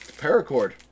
paracord